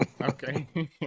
okay